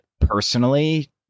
personally